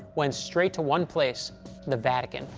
went straight to one place the vatican.